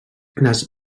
les